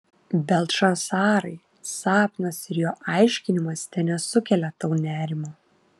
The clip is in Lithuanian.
beltšacarai sapnas ir jo aiškinimas tenesukelia tau nerimo